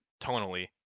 tonally